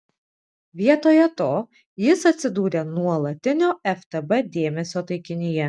vietoje to jis atsidūrė nuolatinio ftb dėmesio taikinyje